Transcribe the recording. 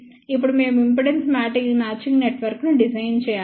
ఇప్పుడు మేము impedance matching నెట్వర్క్ను డిజైన్ చేయాలి